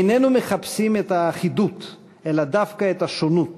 איננו מחפשים את האחידות אלא דווקא את השונות,